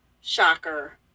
shocker